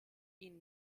ihn